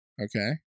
okay